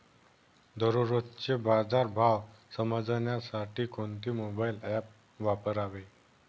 दररोजचे बाजार भाव समजण्यासाठी कोणते मोबाईल ॲप वापरावे?